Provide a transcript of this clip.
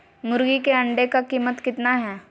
मुर्गी के अंडे का कीमत कितना है?